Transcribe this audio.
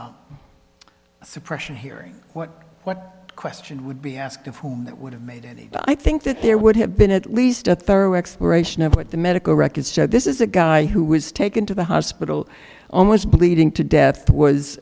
this suppression hearing what question would be asked of him that would have made any i think that there would have been at least a thorough exploration of what the medical records show this is a guy who was taken to the hospital almost bleeding to death was